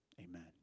Amen